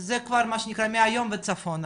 אז זה כבר מה שנקרא מהיום וצפונה.